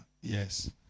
Yes